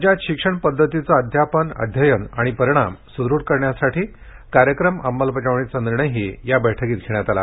राज्यात शिक्षण पद्धतीचे अध्यापन अध्ययन आणि परिणाम सृृढ करण्यासाठी कार्यक्रम अंमलबजावणीचा निर्णयही घेण्यात आला